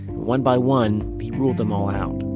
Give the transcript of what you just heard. one by one, he ruled them all out